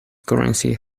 currency